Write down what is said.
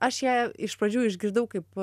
aš ją iš pradžių išgirdau kaip